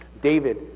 David